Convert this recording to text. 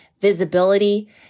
visibility